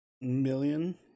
Million